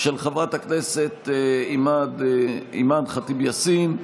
של חברת הכנסת אימאן ח'טיב יאסין.